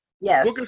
Yes